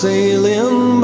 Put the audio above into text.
Sailing